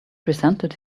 presented